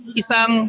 isang